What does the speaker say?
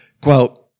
quote